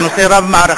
זה נושא רב-מערכתי.